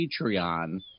Patreon